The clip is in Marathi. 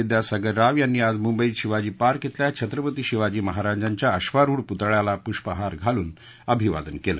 विद्यासागर राव यांनी आज मुंबईत शिवाजी पार्क इथल्या छत्रपती शिवाजी महाराजांच्या अश्वारूढ पुतळ्याला पुष्पहार घालून अभिवादन केलं